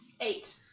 eight